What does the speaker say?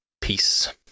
Peace